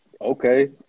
Okay